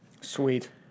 Sweet